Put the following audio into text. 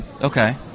Okay